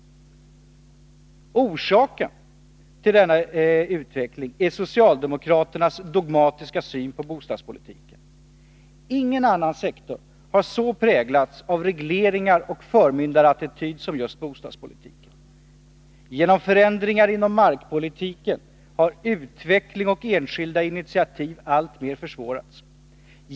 Orsaken till denna utveckling är socialdemokraternas dogmatiska syn på bostadspolitiken. Ingen annan sektor har så präglats av regleringar och förmyndarattityd som just bostadspolitiken. Genom förändringar inom markpolitiken har utveckling och enskilda initiativ alltmer försvårats.